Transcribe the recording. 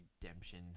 redemption